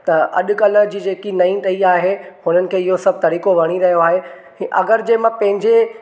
त अॼु कल्ह जी जेकी नई टही आहे हुननि खे इहो सभु तरीक़ो वणी रहियो आहे अगरि जे मां पंहिंजे